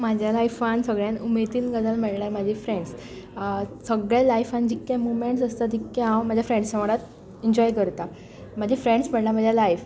म्हज्या लायफांत सगळ्यांत उमेदीन गजाल म्हणल्यार म्हजी फ्रेंड्स सगळें लायफान जितके मुवमेंटस आसता तितके हांव म्हज्या फ्रेंडसां वांगडाच इंजोय करता म्हजे फ्रेंड्स म्हणल्यार म्हजें लायफ